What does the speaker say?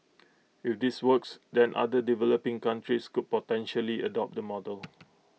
if this works then other developing countries could potentially adopt the model